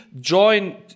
join